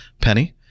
Penny